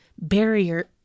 barrier